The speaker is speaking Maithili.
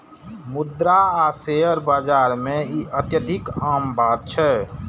मुद्रा आ शेयर बाजार मे ई अत्यधिक आम बात छै